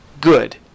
Good